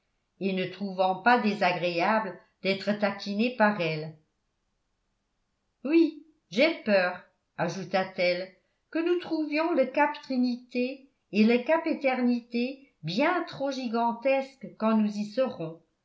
et ne trouvant pas désagréable d'être taquiné par elle oui j'ai peur ajouta-t-elle que nous trouvions le cap trinité et le cap eternité bien trop gigantesques quand nous y serons